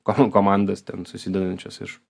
kom komandas ten susidedančias iš